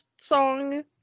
song